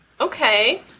Okay